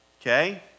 okay